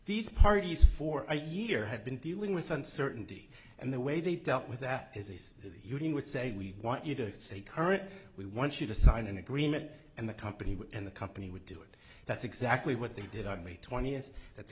these parties for a year have been dealing with uncertainty and the way they dealt with that is this the union would say we want you to say current we want you to sign an agreement and the company and the company would do it that's exactly what they did on may twentieth that's